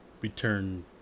return